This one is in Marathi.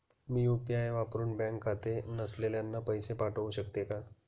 मी यू.पी.आय वापरुन बँक खाते नसलेल्यांना पैसे पाठवू शकते का?